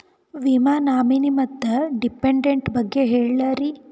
ವಿಮಾ ನಾಮಿನಿ ಮತ್ತು ಡಿಪೆಂಡಂಟ ಬಗ್ಗೆ ಹೇಳರಿ?